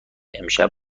امشب